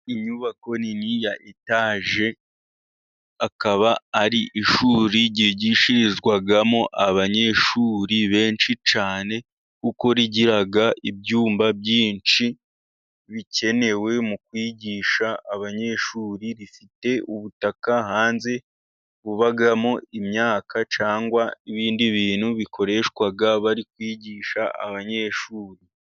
Inyubako nini ya etaje, akaba ari ishuri ryigishirizwamo abanyeshuri benshi cyane, kuko rigira ibyumba byinshi bikenewe mu kwigisha abanyeshuri. Rifite ubutaka hanze bubamo imyaka cyangwa ibindi bintu bikoreshwa bari kwigisha abanyeshuri.